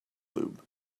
lube